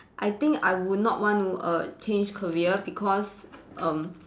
I think I would not want to err change career because um